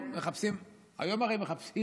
היום הרי מחפשים